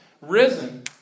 risen